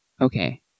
Okay